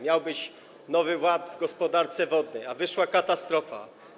Miał być nowy ład w gospodarce wodnej, a wyszła katastrofa.